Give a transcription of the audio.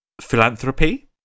philanthropy